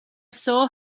saw